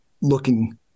looking